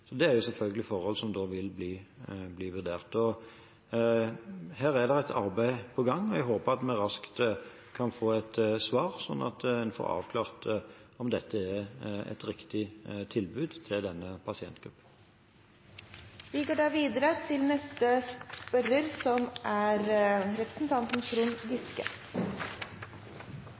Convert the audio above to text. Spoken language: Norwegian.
Det er selvfølgelig forhold som vil bli vurdert. Her er det et arbeid på gang, og jeg håper at vi raskt kan få et svar, slik at en får avklart om dette er et riktig tilbud til denne pasientgruppen. Jeg har følgende spørsmål til helse- og omsorgsministeren: «Arbeiderpartiet mener det er